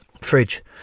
fridge